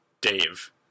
Dave